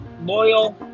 loyal